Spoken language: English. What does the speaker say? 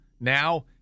Now